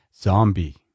Zombie